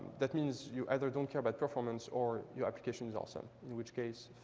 that means you either don't care about performance or your application is awesome, in which case,